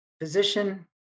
physician